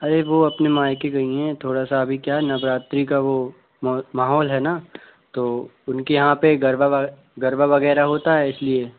अरे वो अपने मायके गई हैं थोड़ा सा अभी क्या नवरात्रि का वो माहौल है ना तो उनके यहाँ पे गरबा गरबा वगैरह होता है इसलिए